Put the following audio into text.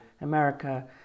America